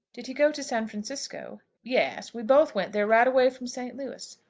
did he go to san francisco? yes we both went there right away from st. louis.